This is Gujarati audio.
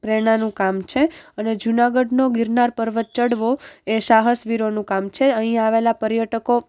પ્રેરણાનું કામ છે અને જુનાગઢનો ગિરનાર પર્વત ચઢવો એ સાહસ વીરોનું કામ છે અહીં આવેલા પર્યટકો